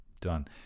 Done